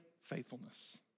faithfulness